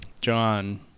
John